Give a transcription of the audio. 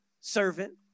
servant